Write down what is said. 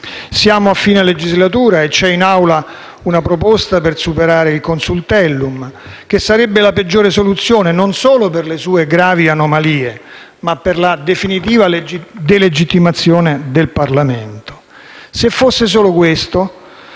Siamo alla fine della legislatura e c'è in Aula una proposta per superare il vigente Consultellum, che sarebbe la peggiore soluzione, non solo per le sue gravi anomalie, ma per la definitiva delegittimazione del Parlamento. Se fosse solo questo,